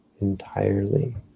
entirely